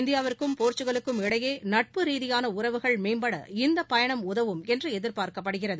இந்தியாவிற்கும் போச்சுக்களுக்கும் இடையே நட்பு ரீதியிலான உறவுகள் மேம்பட இந்த பயணம் உதவும் என்று எதிர்பார்க்கப்படுகிறது